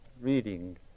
reading